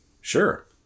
Sure